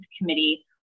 Committee